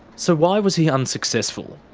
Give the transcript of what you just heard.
so why was he unsuccessful?